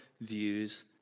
views